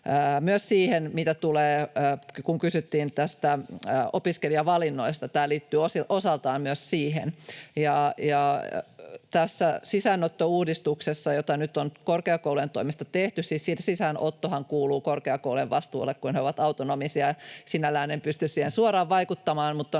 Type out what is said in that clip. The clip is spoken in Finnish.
Myös mitä tulee siihen, kun kysyttiin näistä opiskelijavalinnoista, niin tämä liittyy osaltaan myös siihen. Tästä sisäänottouudistuksesta, jota nyt on korkeakoulujen toimesta tehty: Siis sisäänottohan kuuluu korkeakoulujen vastuulle, kun ne ovat autonomisia, ja sinällään en pysty siihen suoraan vaikuttamaan, mutta on